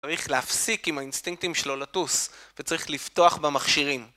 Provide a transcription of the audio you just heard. צריך להפסיק עם האינסטינקטים שלו לטוס, וצריך לבטוח במכשירים